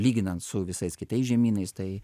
lyginant su visais kitais žemynais tai